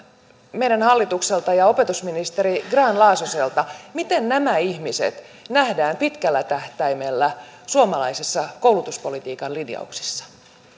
meidän hallitukselta ja opetusministeri grahn laasoselta miten nämä ihmiset nähdään pitkällä tähtäimellä suomalaisen koulutuspolitiikan linjauksissa